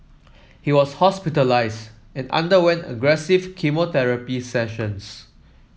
he was hospitalised and underwent aggressive chemotherapy sessions